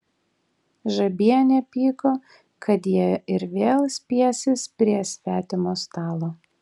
žabienė pyko kad jie ir vėl spiesis prie svetimo stalo